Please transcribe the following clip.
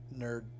nerd